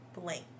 blank